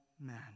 man